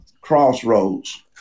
Crossroads